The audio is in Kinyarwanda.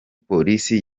polisi